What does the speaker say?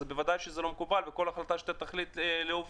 אז בוודאי זה לא מקובל וכל החלטה שתחליט להוביל